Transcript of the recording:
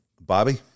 Bobby